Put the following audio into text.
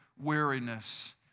weariness